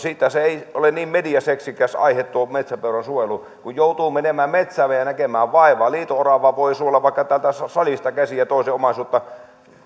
se ei ole niin mediaseksikäs aihe tuo metsäpeuran suojelu kun joutuu menemään metsään ja näkemään vaivaa liito oravaa voi suojella vaikka täältä salista käsin ja toisen omaisuutta